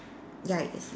ya it is